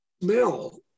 smell